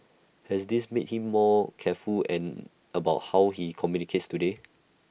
has this made him more careful about how he communicates today